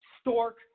Stork